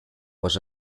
was